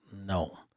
No